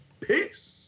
Peace